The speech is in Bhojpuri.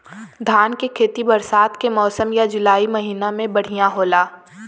धान के खेती बरसात के मौसम या जुलाई महीना में बढ़ियां होला?